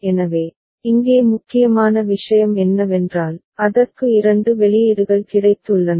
எனவே இங்கே முக்கியமான விஷயம் என்னவென்றால் அதற்கு 2 வெளியீடுகள் கிடைத்துள்ளன